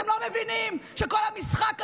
אתם לא מבינים שכל המשחק הזה,